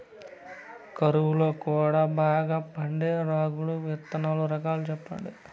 కరువు లో కూడా బాగా పండే రాగులు విత్తనాలు రకాలు చెప్పండి?